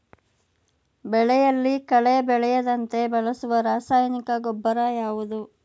ಬೆಳೆಯಲ್ಲಿ ಕಳೆ ಬೆಳೆಯದಂತೆ ಬಳಸುವ ರಾಸಾಯನಿಕ ಗೊಬ್ಬರ ಯಾವುದು?